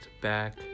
Back